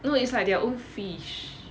you know it's like their own fish